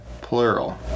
plural